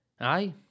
Aye